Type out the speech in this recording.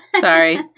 Sorry